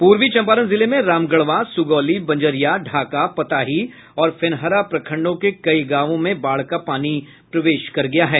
पूर्वी चम्पारण जिले में रामगढ़वा सुगौली बंजरिया ढाका पताही और फेनहरा प्रखंडों के कई गांवों में बाढ़ का पानी प्रवेश कर गया है